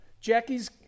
Jackie's